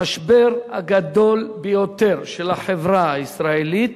המשבר הגדול ביותר של החברה הישראלית